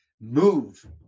Move